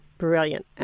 brilliant